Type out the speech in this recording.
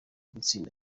gutsinda